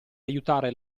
aiutare